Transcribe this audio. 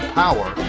power